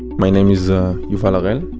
my name is, ah, yuval ah harel.